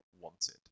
wanted